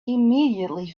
immediately